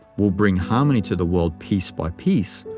will bring harmony to the world piece by piece,